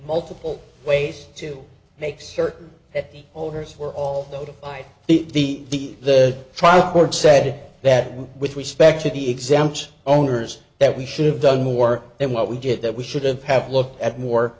multiple ways to make certain that holders were all notified the the trial court said that with respect to the exams owners that we should have done more than what we did that we shouldn't have looked at more